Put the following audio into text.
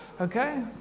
Okay